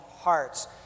hearts